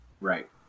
Right